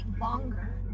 longer